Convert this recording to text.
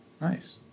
Nice